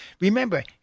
Remember